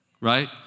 right